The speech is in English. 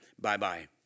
bye-bye